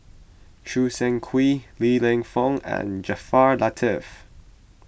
Choo Seng Quee Li Lienfung and Jaafar Latiff